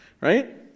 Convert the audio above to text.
right